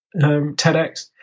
TEDx